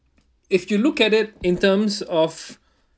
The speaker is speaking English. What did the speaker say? if you look at it in terms of